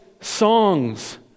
songs